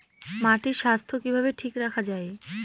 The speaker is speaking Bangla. মাটির স্বাস্থ্য কিভাবে ঠিক রাখা যায়?